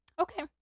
Okay